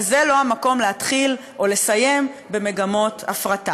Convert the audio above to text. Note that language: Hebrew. וזה לא המקום להתחיל או לסיים במגמות הפרטה.